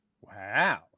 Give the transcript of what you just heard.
Wow